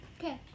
Okay